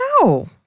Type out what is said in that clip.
No